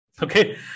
Okay